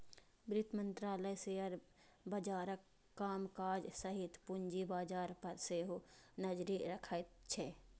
वित्त मंत्रालय शेयर बाजारक कामकाज सहित पूंजी बाजार पर सेहो नजरि रखैत छै